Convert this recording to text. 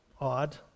odd